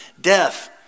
death